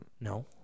no